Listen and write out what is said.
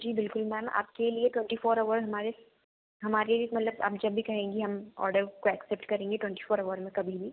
जी बिल्कुल मैम आपके लिए ट्वेंटी फ़ोर अवर हमारे हमारे मतलब आप जब भी कहेंगी हम ऑडर को एक्सेप्ट करेंगे ट्वेंटी फोर अवर में कभी भी